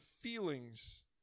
feelings